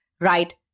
right